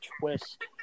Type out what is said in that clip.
twist